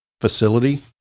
facility